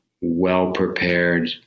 well-prepared